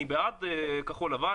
אני בעד כחול-לבן,